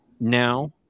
now